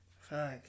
Fuck